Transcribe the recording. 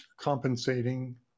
compensating